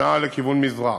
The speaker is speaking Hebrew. ונעה לכיוון מזרח,